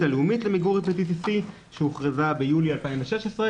הלאומית למיגור הפטיטיס סי שהוכרזה ביולי 2016,